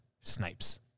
Snipes